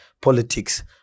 politics